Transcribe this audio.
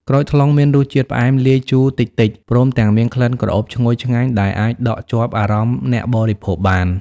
ក្រូចថ្លុងមានរសជាតិផ្អែមលាយជូរតិចៗ ព្រមទាំងមានក្លិនក្រអូបឈ្ងុយឆ្ងាញ់ដែលអាចដក់ជាប់អារម្មណ៍អ្នកបរិភោគបាន។